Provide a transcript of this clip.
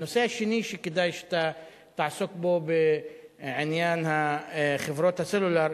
הנושא השני שכדאי שתעסוק בו בעניין חברות הסלולר,